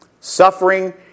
suffering